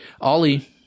Ollie